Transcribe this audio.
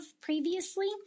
previously